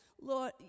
Lord